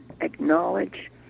acknowledge